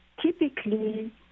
typically